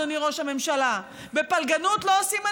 אדוני ראש הממשלה: בפלגנות לא עושים מנהיגות,